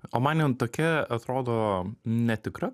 o man jin tokia atrodo netikra